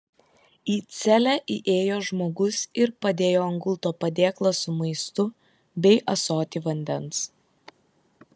į celę įėjo žmogus ir padėjo ant gulto padėklą su maistu bei ąsotį vandens